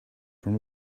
from